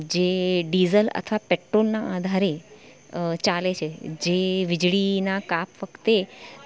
જે ડીઝલ અથવા પેટ્રોલના આધારે ચાલે છે જે વીજળીના કાપ વખતે